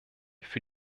für